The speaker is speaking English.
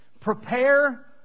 Prepare